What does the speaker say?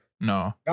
No